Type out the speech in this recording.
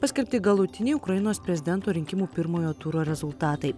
paskelbti galutiniai ukrainos prezidento rinkimų pirmojo turo rezultatai